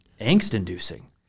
angst-inducing